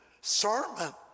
sermon